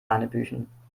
hanebüchen